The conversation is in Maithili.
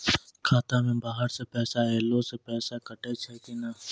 खाता मे बाहर से पैसा ऐलो से पैसा कटै छै कि नै?